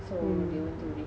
hmm